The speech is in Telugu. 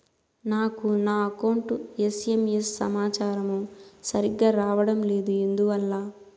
నాకు నా అకౌంట్ ఎస్.ఎం.ఎస్ సమాచారము సరిగ్గా రావడం లేదు ఎందువల్ల?